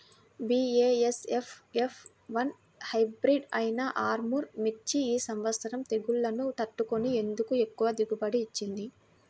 BASF F one hybrid అయినా ఆర్ముర్ మిర్చి ఈ సంవత్సరం తెగుళ్లును తట్టుకొని ఎందుకు ఎక్కువ దిగుబడి ఇచ్చింది?